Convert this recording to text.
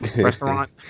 Restaurant